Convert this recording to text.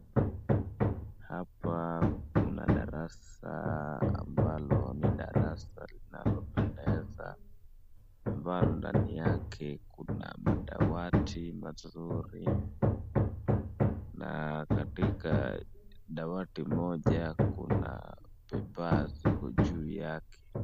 Hapa kuna darasa ambalo ni darasa linalopendeza ambalo ndani yake kuna madawati mazuri, na katika dawati moja kuna paper ziko juu yake.